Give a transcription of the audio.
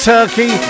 Turkey